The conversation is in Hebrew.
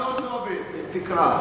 אני לא זועבי, תקרא.